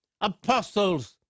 apostles